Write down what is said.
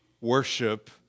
worship